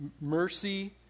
mercy